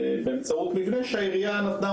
באמצעות מבנה שהעירייה נתנה,